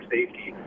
Safety